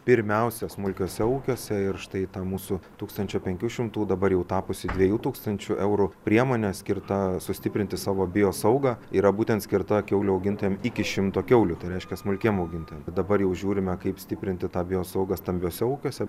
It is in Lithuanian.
pirmiausia smulkiuose ūkiuose ir štai ta mūsų tūkstančio penkių šimtų dabar jau tapusi dviejų tūkstančių eurų priemone skirta sustiprinti savo biosaugą yra būtent skirta kiaulių augintojam iki šimto kiaulių tai reiškia smulkiem augintojam dabar jau žiūrime kaip stiprinti tą biosaugą stambiuose ūkiuose